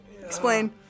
Explain